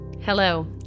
Hello